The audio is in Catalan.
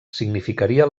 significaria